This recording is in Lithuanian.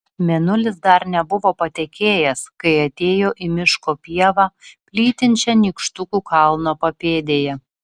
mėnulis dar nebuvo patekėjęs kai atėjo į miško pievą plytinčią nykštukų kalno papėdėje